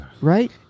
Right